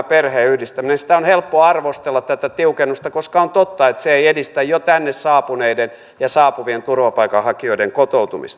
tätä tiukennusta on helppo arvostella koska on totta että se ei edistä jo tänne saapuneiden ja saapuvien turvapaikanhakijoiden kotoutumista